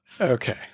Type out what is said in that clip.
okay